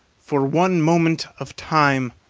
for one moment of time.